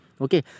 Okay